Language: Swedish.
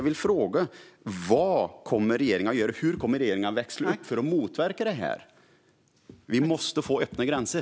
Vad kommer regeringen att göra? Hur kommer regeringen att växla upp för att motverka det här? Vi måste få öppna gränser.